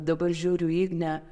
dabar žiūriu į ignę